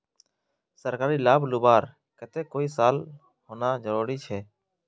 सरकारी लाभ लुबार केते कई साल होना जरूरी छे?